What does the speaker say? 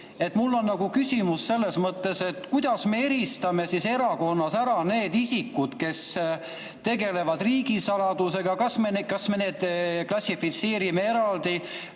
Mul on küsimus selles mõttes, kuidas me eristame erakonnas ära need isikud, kes tegelevad riigisaladusega. Kas me klassifitseerime nad